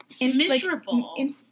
Miserable